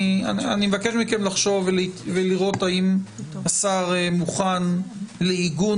אני מבקש מכם לחשוב ולראות האם השר מוכן לעיגון